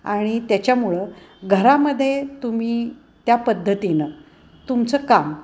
आणि त्याच्यामुळं घरामध्ये तुम्ही त्या पद्धतीनं तुमचं काम